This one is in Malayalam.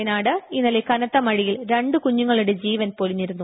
വയനാട് ഇന്നലെ കനത്ത മഴയിൽ രണ്ട് കുഞ്ഞുങ്ങളുടെ ജീവൻ പൊലിഞ്ഞിരുന്നു